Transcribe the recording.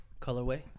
colorway